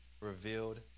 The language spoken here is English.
revealed